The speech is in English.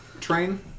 train